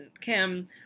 Kim